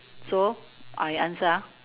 so I answer ah